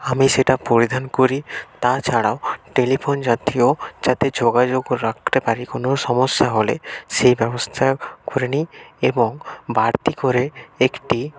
আমি সেটা পরিধান করি তাছাড়াও টেলিফোন জাতীয় যাতে যোগাযোগ রাখতে পারি কোনো সমস্যা হলে সেই ব্যবস্থা করে নিই এবং বাড়তি করে একটি